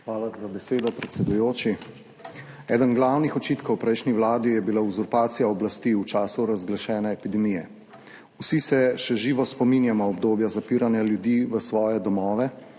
Hvala za besedo, predsedujoči. Eden glavnih očitkov prejšnji vladi je bila uzurpacija oblasti v času razglašene epidemije. Vsi se še živo spominjamo obdobja zapiranja ljudi v svoje domove,